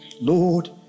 Lord